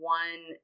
one